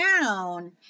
down